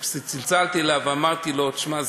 שכשצלצלתי אליו ואמרתי לו: תשמע,